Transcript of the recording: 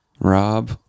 Rob